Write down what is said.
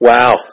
Wow